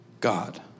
God